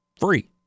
free